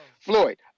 Floyd